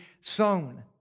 sown